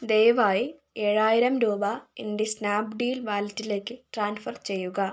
ദയവായി ഏഴായിരം രൂപ എൻ്റെ സ്നാപ്ഡീൽ വാലറ്റിലേക്ക് ട്രാൻസ്ഫർ ചെയ്യുക